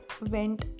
went